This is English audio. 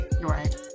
Right